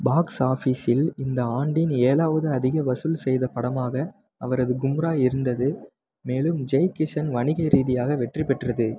box ஆஃபிஸில் இந்த ஆண்டின் ஏழாவது அதிக வசூல் செய்த படமாக அவரது கும்ரா இருந்தது மேலும் ஜெய் கிஷன் வணிக ரீதியாக வெற்றி பெற்றது